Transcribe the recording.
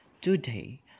Today